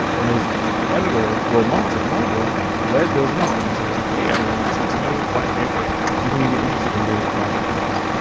and his editor, wil moss at marvel, read those interviews and was like, hey, evan really seems to know black panther. do you think he'd be interested in doing a project for us?